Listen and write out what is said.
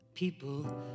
People